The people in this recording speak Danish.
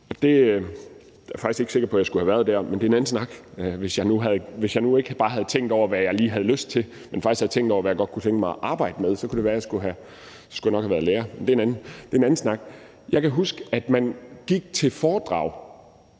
jeg er faktisk ikke sikker på, at jeg skulle have været der, for hvis jeg nu ikke bare havde tænkt over, hvad jeg lige havde lyst til, men faktisk havde tænkt over, hvad jeg godt kunne tænke mig at arbejde med, så skulle jeg nok have været lærer. Men det er en anden snak. Jeg kan huske, at man gik til foredrag,